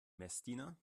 messdiener